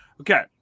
Okay